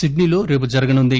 సిడ్సీలో రేపు జరుగనుంది